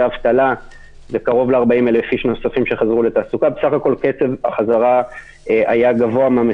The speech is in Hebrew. מיוחדות להתמודדות עם נגיף הקורונה החדש (הוראת